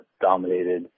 dominated